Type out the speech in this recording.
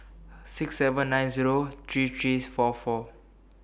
six seven nine Zero three three's four four